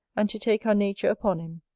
and to take our nature upon him,